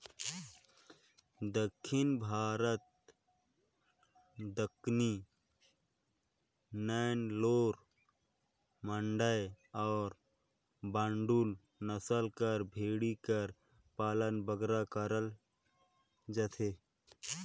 दक्खिन भारत में दक्कनी, नेल्लौर, मांडय अउ बांडुल नसल कर भेंड़ी कर पालन बगरा करल जाथे